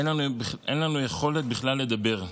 אין לנו יכולת בכלל לדבר,